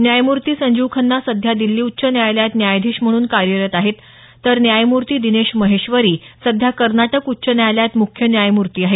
न्यायमूर्ती संजीव खन्ना सध्या दिल्ली उच्च न्यायालयात न्यायाधीश म्हणून कार्यरत आहेत तर न्यायमूर्ती दिनेश महेश्वरी सध्या कर्नाटक उच्च न्यायालयाचे मुख्य न्यायमूर्ती आहेत